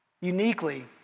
uniquely